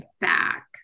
back